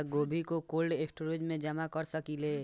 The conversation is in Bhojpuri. क्या गोभी को कोल्ड स्टोरेज में जमा कर सकिले?